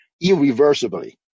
irreversibly